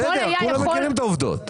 בסדר, מכירים את העובדות.